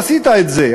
עשית את זה.